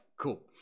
cool